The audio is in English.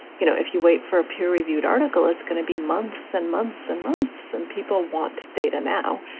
you know, if you wait for a peer reviewed article, it's going to be months and months and months. and people want data now.